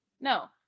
No